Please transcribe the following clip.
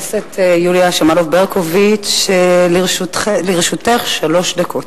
יוליה שמאלוב-ברקוביץ, לרשותך שלוש דקות.